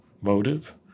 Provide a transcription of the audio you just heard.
motive